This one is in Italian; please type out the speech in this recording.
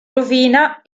rovina